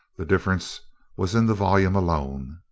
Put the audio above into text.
the difference was in the volume alone.